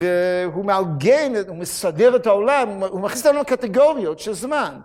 והוא מעגן, הוא מסדר את העולם, הוא מכניס לנו קטגוריות של זמן.